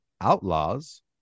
Outlaws